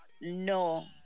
No